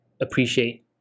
appreciate